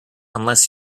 unless